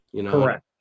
Correct